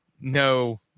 no